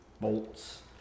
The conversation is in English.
bolts